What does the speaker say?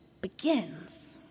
begins